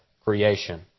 creation